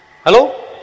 hello